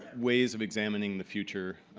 ways of examining the future.